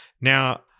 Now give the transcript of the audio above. now